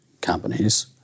companies